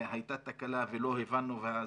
הייתה תקלה ולא הבנו,